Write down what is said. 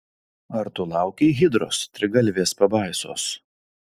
ar tu laukei hidros trigalvės pabaisos